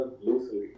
loosely